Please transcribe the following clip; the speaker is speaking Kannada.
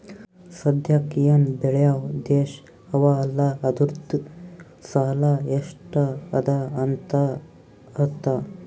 ಸದ್ಯಾಕ್ ಎನ್ ಬೇಳ್ಯವ್ ದೇಶ್ ಅವಾ ಅಲ್ಲ ಅದೂರ್ದು ಸಾಲಾ ಎಷ್ಟ ಅದಾ ಅಂತ್ ಅರ್ಥಾ